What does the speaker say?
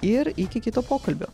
ir iki kito pokalbio